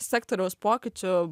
sektoriaus pokyčiu